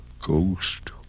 Ghost